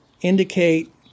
indicate